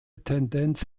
tendenz